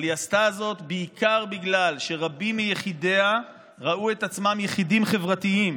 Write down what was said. אבל היא עשתה זאת בעיקר בגלל שרבים מיחידיה ראו את עצמם יחידים חברתיים